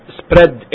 spread